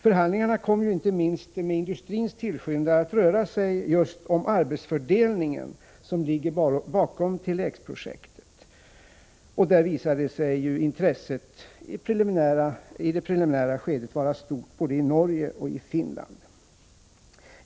Förhandlingarna kom, inte minst med industrins tillskyndan, att röra sig om den arbetsfördelning som ligger bakom Tele-X projektet. Där visade det sig att intresset i det preliminära skedet var stort både i Norge och i Finland.